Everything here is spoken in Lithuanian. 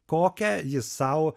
kokią jis sau